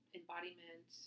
embodiment